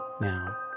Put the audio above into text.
now